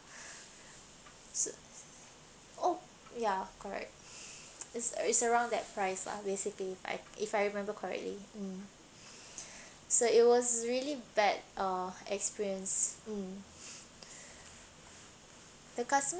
oh ya correct it's around that price lah basically I if I remember correctly mm so it was really bad uh experience mm the customer